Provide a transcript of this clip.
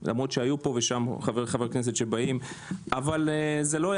למרות שהיו פה ושם חברי כנסת שבאים אבל זה לא היה